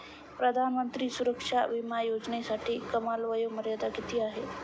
प्रधानमंत्री सुरक्षा विमा योजनेसाठी कमाल वयोमर्यादा किती आहे?